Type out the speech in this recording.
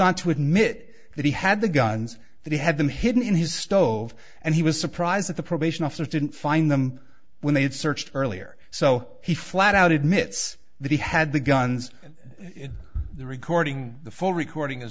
on to admit that he had the guns that he had them hidden in his stove and he was surprised that the probation officers didn't find them when they had searched earlier so he flat out admits that he had the guns in the recording the full recording